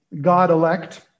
God-elect